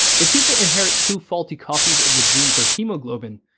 if people inherit two faulty copies of the gene for haemoglobin,